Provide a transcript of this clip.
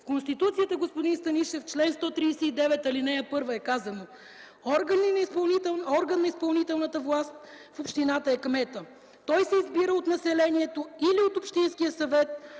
В Конституцията, господин Станишев, в чл. 139, ал. 1 е казано: „Орган на изпълнителната власт в общината е кметът. Той се избира от населението или от общинския съвет